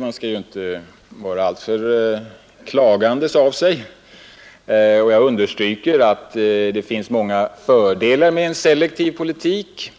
Man skall ju inte vara alltför klagande. Jag understryker att det finns många fördelar med en selektiv politik.